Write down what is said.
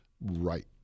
Right